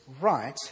right